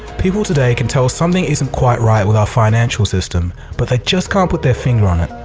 people today can tell something isn't quite right with our financial system, but they just can't put their finger on it.